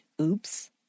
oops